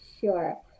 Sure